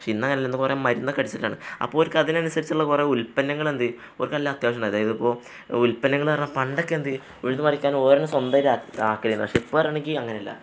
പക്ഷേ ഇന്നങ്ങനെയല്ല ഇന്ന് കുറേ മരുന്നൊക്കെ അടിച്ചിട്ടാണ് അപ്പോള് അവർക്ക് അതിനനുസരിച്ചുള്ള കുറേ ഉൽപ്പന്നങ്ങള് എന്താണ് അവർക്ക് നല്ല അത്യാവശ്യമുണ്ടായിരുന്നു അതായത് ഇപ്പോള് ഉൽപ്പന്നങ്ങളെന്ന് പറഞ്ഞാല് പണ്ടൊക്കെ എന്താണ് ഉഴുതുമറിക്കാന് അവര് തന്നെ സ്വന്തമായിട്ട് ആക്കലായിരുന്നു പക്ഷെ ഇപ്പോള് പറയുകയാണെങ്കില് അങ്ങനെയല്ല